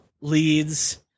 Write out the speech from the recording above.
leads